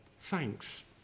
thanks